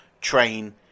train